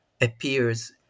appears